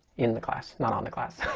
in the class, not on the class.